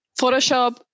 Photoshop